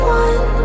one